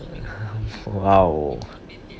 !wow!